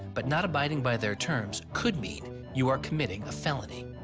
but not abiding by their terms could mean you are committing a felony.